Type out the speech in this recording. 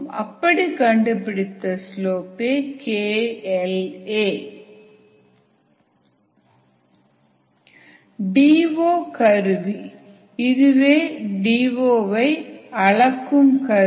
அதுவே kL a D O கருவி இதுவே டி ஓ வை அளக்க உதவும் கருவி